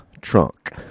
trunk